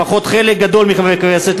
לפחות חלק גדול מחברי הכנסת,